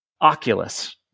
Oculus